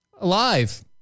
Alive